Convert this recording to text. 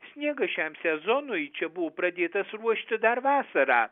sniegas šiam sezonui čia buvo pradėtas ruošti dar vasarą